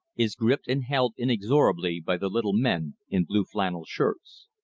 is gripped and held inexorably by the little men in blue flannel shirts.